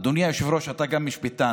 אדוני היושב-ראש, אתה גם משפטן,